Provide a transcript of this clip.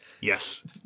yes